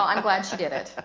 i'm glad she did it.